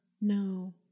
No